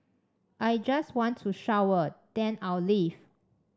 I just want to shower then I'll leave